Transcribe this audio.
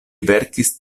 verkis